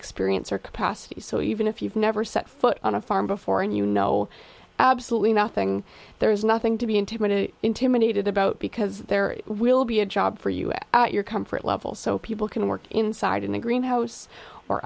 experience or capacity so even if you've never set foot on a farm before and you know absolutely nothing there's nothing to be intimidated intimidated about because there will be a job for us at your comfort level so people can work inside a greenhouse or